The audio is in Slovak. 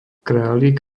králik